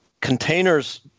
containers